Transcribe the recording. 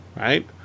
right